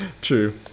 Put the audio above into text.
true